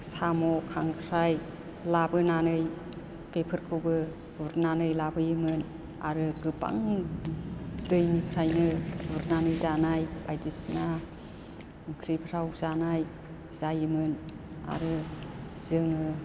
साम' खांख्राइ लाबोनानै बेफोरखौबो गुरनानै लाबोयोमोन आरो गोबां दैनिफ्रायनो गुरनानै जानाय बायदिसिना ओंख्रिफ्राव जानाय जायोमोन आरो जोङो